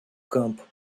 campo